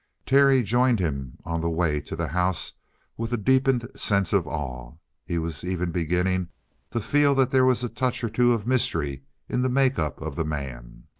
terry joined him on the way to the house with a deepened sense of awe he was even beginning to feel that there was a touch or two of mystery in the make-up of the man.